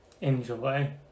enjoy